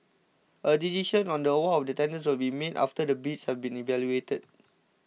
a decision on the award of the tenders will be made after the bids have been evaluated